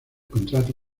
contrato